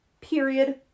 Period